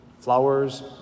Flowers